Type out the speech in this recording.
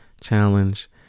challenge